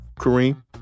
Kareem